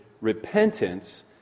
repentance